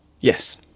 Yes